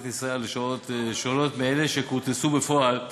טיסה לשעות שונות מאלה שכורטסו בפועל